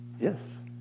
Yes